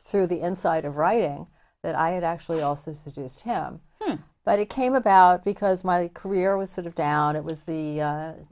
through the inside of writing that i had actually also seduced him but it came about because my career was sort of down it was the